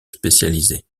spécialisée